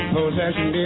Possession